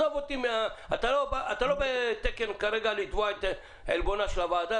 אתה לא על תקן כרגע של לתבוע את עלבונה של הוועדה,